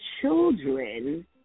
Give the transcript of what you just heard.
children